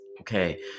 okay